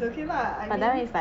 but it's okay lah I mean